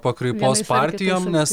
pakraipos partijom nes